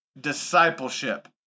Discipleship